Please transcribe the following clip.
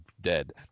dead